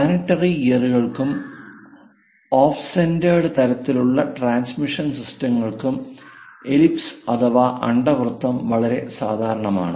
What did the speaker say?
planetary ഗിയറുകൾക്കും off centred തരത്തിലുള്ള transmission സിസ്റ്റങ്ങൾക്കും എലിപ്സ് അഥവാ അണ്ഡവൃത്തം വളരെ സാധാരണമാണ്